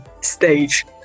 stage